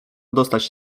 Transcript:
dostać